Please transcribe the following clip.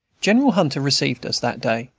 general hunter received us, that day,